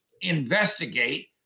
investigate